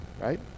right